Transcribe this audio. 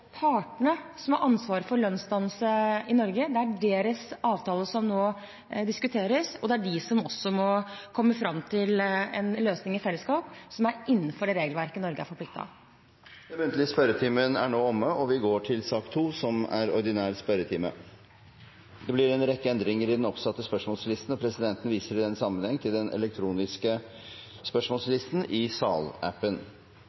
partene som har ansvaret for lønnsdannelsen i Norge. Det er deres avtale som nå diskuteres, og det er de som i fellesskap må komme fram til en løsning som er innenfor det regelverket Norge er forpliktet av. Den muntlige spørretimen er nå omme. Det blir en rekke endringer i den oppsatte spørsmålslisten, og presidenten viser i den sammenheng til den elektroniske